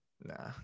Nah